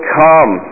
come